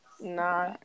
Nah